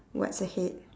what's ahead